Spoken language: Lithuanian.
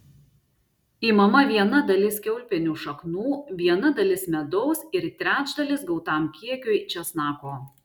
imama viena dalis kiaulpienių šaknų viena dalis medaus ir trečdalis gautam kiekiui česnako